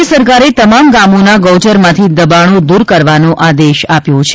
રાજ્ય સરકારે તમામ ગામોનાં ગૌચરમાંથી દબાણો દૂર કરવાનો આદેશ આપ્યો છે